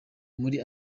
muri